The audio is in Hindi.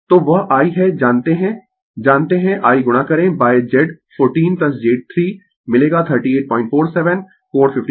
तो वह I है जानते है जानते है I गुणा करें Z14 j 3 मिलेगा 3847 कोण 595 o